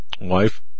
wife